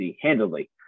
handily